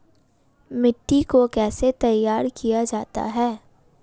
मिट्टी को कैसे तैयार किया जाता है?